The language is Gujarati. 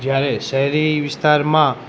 જયારે શહેરી વિસ્તારમાં